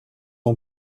ans